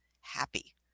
happy